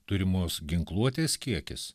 turimos ginkluotės kiekis